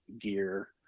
gear